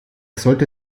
sollte